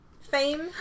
fame